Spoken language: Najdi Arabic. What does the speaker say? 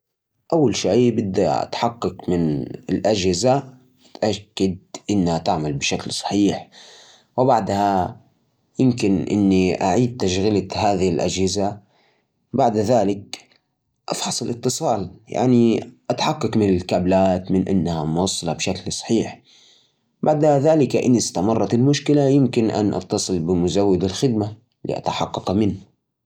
أول شي، تأكد أن الواي فاي شغال، وتفحصأن الشبكة مو مقطوعة. بعدين، جرب إعاده تشغيل الراوتر. إذا ما نفع، اشبك كابل الشبكة مباشرة باللابتوب. وإذا ما صار شي، إتصل بمزود الخدمه عشان تشوف إذا في عطل في المنطقة.